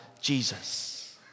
Jesus